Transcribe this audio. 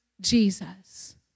Jesus